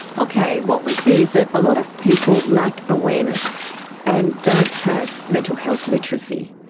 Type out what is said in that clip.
okay, what we see is that a lot of people lack awareness and don't have mental health literacy.